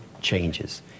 changes